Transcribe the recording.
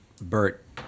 Bert